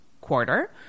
quarter